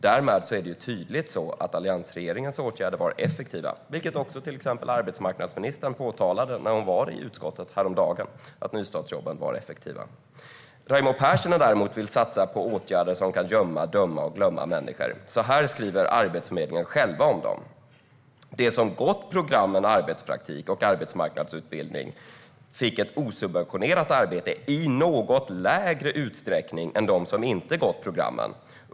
Därmed är det tydligt att alliansregeringens åtgärder var effektiva, vilket också till exempel arbetsmarknadsministern sa när hon var i utskottet häromdagen. Nystartsjobben var effektiva. Raimo Pärssinen vill däremot satsa på åtgärder som kan gömma, döma och glömma människor. Så här skriver Arbetsförmedlingen själv om dem: De som gått programmen arbetspraktik och arbetsmarknadsutbildning fick ett osubventionerat arbete i något lägre utsträckning än dem som inte gått programmen.